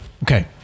Okay